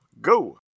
go